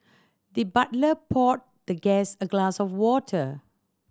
the butler poured the guest a glass of water